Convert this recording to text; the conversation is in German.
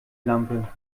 lampe